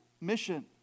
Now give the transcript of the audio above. mission